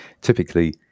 typically